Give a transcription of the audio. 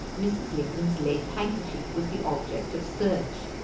mrs. lincoln's lace handkerchief was the object of search.